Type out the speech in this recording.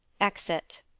Exit